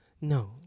No